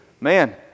man